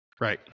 Right